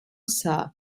sir